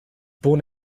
born